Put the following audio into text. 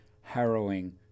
harrowing